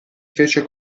fece